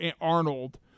Arnold